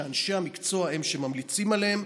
שאנשי המקצוע הם שממליצים עליהם.